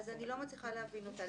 אני לא מצליחה להבין אותה.